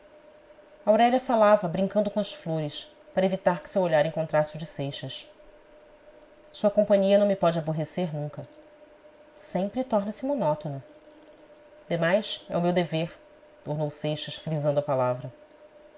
distrair-se aurélia falava brincando com as flores para evitar que seu olhar encontrasse o de seixas sua companhia não me pode aborrecer nunca sempre torna-se monótona demais é o meu dever tornou seixas frisando a palavra